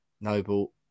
Noble